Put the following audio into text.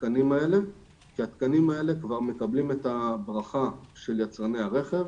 התקנים האלה כי התקנים האלה כבר מקבלים את הברכה של יצרני הרכב.